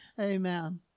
Amen